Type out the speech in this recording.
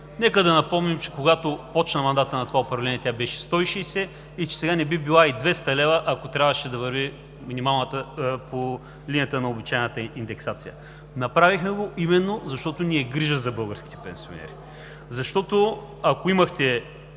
Нека да напомним, че когато започна мандатът на това управление, тя беше 160 и че сега не би била и 200 лв., ако минималната трябваше да върви по линията на обичайната индексация. Направихме го именно защото ни е грижа за българските пенсионери. Защото ако имахте